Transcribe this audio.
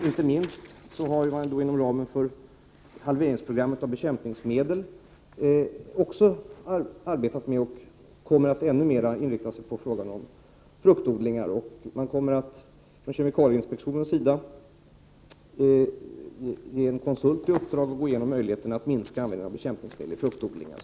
Inte minst inom ramen för programmet för en halvering av bekämpningsmedelsanvändningen har man arbetat med och kommer att ännu mer inrikta sig på frågan om fruktodlingar. Kemikalieinspektionen kommer att ge en konsult i uppdrag att gå igenom möjligheterna att minska användningen av bekämpningsmedel i fruktodlingar.